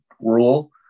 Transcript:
rule